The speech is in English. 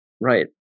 Right